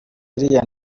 iriya